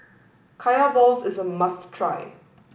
Kaya Balls is a must try